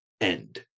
end